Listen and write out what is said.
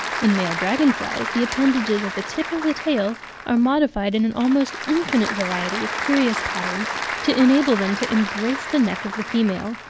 in male dragon-flies, the appendages at the tip of the tail are modified in an almost infinite variety of curious patterns to enable them to embrace the neck of the female.